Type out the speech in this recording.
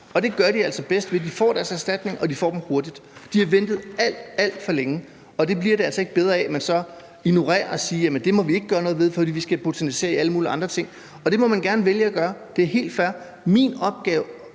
og det gør de altså bedst, ved at de får deres erstatning og får den hurtigt. De har ventet alt, alt for længe, og det bliver altså ikke bedre af, at man så ignorerer det og siger, at det må vi ikke gøre noget ved, fordi vi skal botanisere i alle mulige andre ting. Det må man gerne vælge at gøre; det er helt fair. Min opgave